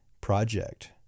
project